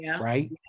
right